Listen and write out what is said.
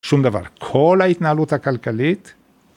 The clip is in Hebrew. שום דבר. כל ההתנהלות הכלכלית...